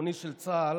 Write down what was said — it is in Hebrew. הביטחוני של צה"ל